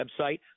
website